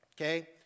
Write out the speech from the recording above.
okay